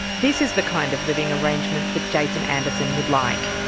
this is the kind of living arrangement that jason anderson would like.